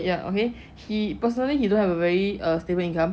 ya okay he personally he don't have err stable income